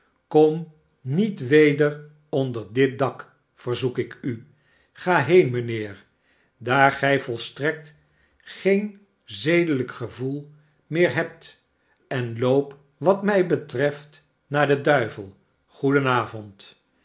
kom niet weder onder dit dak verzoek ik u ga heen mijnheer daar gij volstrekt geen zedelijk gevoel meer hebt en loop wat mij betreft naar den duivel